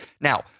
Now